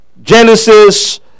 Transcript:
Genesis